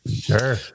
Sure